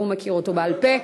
והוא מכיר אותו בעל-פה,